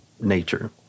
nature